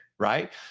right